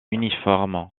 uniforme